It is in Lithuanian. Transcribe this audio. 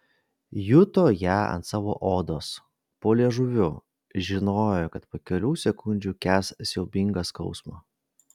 juto ją ant savo odos po liežuviu žinojo kad po kelių sekundžių kęs siaubingą skausmą